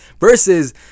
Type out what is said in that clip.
Versus